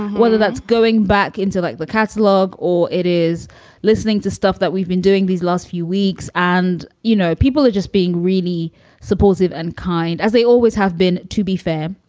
whether that's going back into like the catalog or it is listening to stuff that we've been doing these last few weeks. and, you know, people are just being really supportive and kind as they always have been. to be fair.